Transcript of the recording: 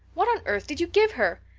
what on earth did you give her?